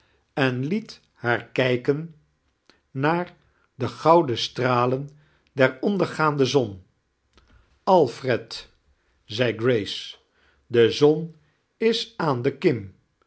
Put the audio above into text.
en liet haar kijken naar die gouden stralen der ondergaande son alfred zei grace de zon is aan de